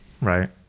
right